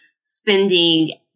spending